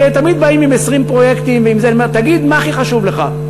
כי תמיד באים עם 20 פרויקטים ועם זה אני אומר: תגיד מה הכי חשוב לך.